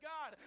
God